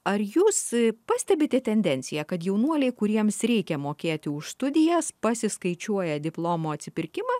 ar jūs pastebite tendenciją kad jaunuoliai kuriems reikia mokėti už studijas pasiskaičiuoja diplomo atsipirkimą